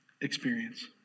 experience